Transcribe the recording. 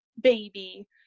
baby